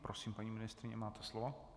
Prosím, paní ministryně, máte slovo.